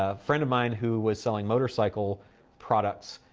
ah friend of mine who was selling motorcycle products,